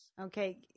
Okay